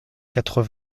quatre